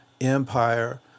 Empire